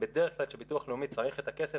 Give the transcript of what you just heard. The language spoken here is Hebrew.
ובדרך כלל כשביטוח לאומי צריך את הכסף,